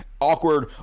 awkward